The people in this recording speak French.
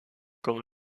comme